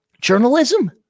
Journalism